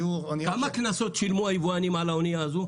כמה קנסות שילמו היבואנים על האונייה הזו?